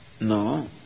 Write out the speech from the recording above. no